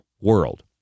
world